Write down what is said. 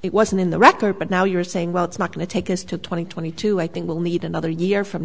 it wasn't in the record but now you're saying well it's not going to take us to twenty twenty two i think we'll need another year from